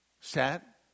sat